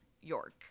York